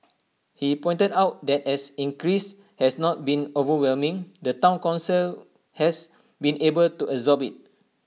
he pointed out that as increase has not been overwhelming the Town Council has been able to absorb IT